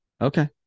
Okay